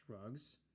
drugs